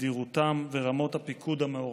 תדירותן ורמות הפיקוד המעורבות.